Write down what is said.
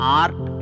art